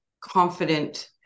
confident